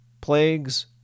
plagues